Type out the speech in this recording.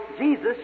Jesus